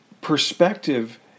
perspective